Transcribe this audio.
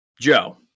Joe